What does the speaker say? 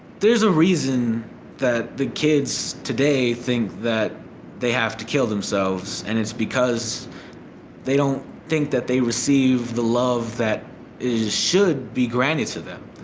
there's a reason that the kids today think that they have to kill themselves and it's because they don't think that they receive the love that should be granted to them,